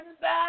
back